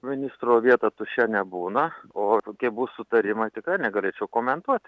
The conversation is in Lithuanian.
ministro vieta tuščia nebūna o kokie bus sutarimai tikrai negalėčiau komentuoti